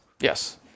Yes